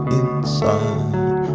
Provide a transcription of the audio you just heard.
inside